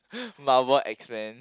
Marvel expand